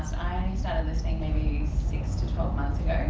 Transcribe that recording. started listening maybe six to twelve months ago,